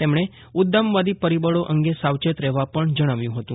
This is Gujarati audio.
તેમણે ઉદ્દામવાદી પરિબળો અંગે સાવચેત રહેવા પણ જણાવ્યું હતું